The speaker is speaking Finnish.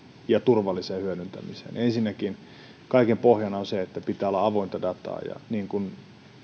ja turvalliseen hyödyntämiseen ensinnäkin kaiken pohjana on se että pitää olla avointa dataa ja niin kuin